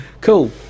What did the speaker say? Cool